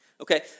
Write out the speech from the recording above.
Okay